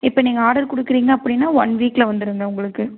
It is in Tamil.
இப்போ நீங்கள் ஆர்டர் கொடுக்குறீங்க அப்படின்னா ஒன் வீக்கில் வந்துவிடுங்க உங்களுக்கு